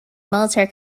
military